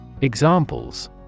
Examples